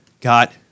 got